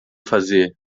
fazer